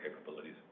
capabilities